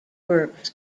works